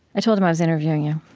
i told him i was interviewing you,